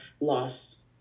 loss